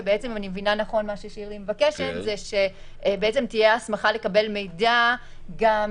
ואם אני מבינה נכון שירלי מבקשת שתהיה הסמכה לקבל מידע על